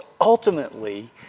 ultimately